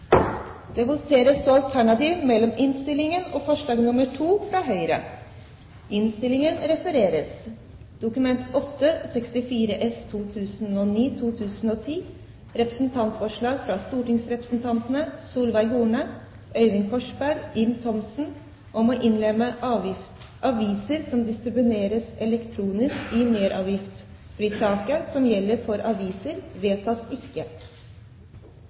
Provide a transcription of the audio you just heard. Det voteres så alternativt mellom innstillingen og forslag nr. 2, fra Høyre. Forslaget lyder: «Dokument 8:64 S – representantforslag fra stortingsrepresentantene Solveig Horne, Øyvind Korsberg og Ib Thomsen om å innlemme aviser som distribueres elektronisk, i merverdiavgiftsfritaket som gjelder for aviser